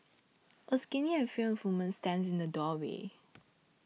a skinny and frail woman stands in the doorway